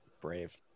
Brave